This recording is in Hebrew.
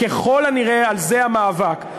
ככל הנראה על זה המאבק,